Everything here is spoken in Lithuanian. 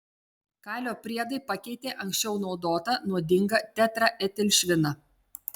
kalio priedai pakeitė anksčiau naudotą nuodingą tetraetilšviną